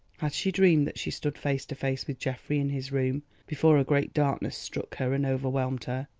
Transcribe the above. had she dreamed that she stood face to face with geoffrey in his room before a great darkness struck her and overwhelmed her?